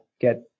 get